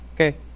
Okay